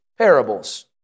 parables